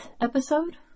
episode